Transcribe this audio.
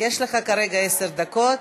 יש לך כרגע עשר דקות,